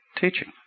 teaching